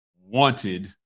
wanted